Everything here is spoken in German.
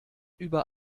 über